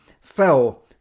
fell